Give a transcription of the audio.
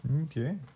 Okay